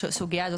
וזה בסדר.